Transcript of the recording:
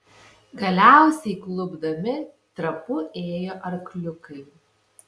galiausiai klupdami trapu ėjo arkliukai